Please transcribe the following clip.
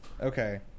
Okay